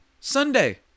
Sunday